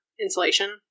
insulation